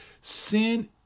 sin